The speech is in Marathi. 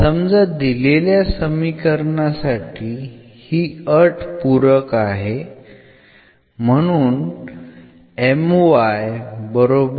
समजा दिलेल्या समीकरणासाठी ही अट पूरक आहे म्हणून मिळेल